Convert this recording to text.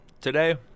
today